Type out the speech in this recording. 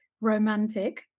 romantic